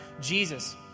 Jesus